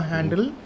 Handle